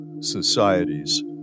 societies